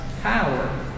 power